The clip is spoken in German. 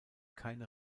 keine